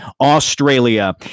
Australia